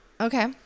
okay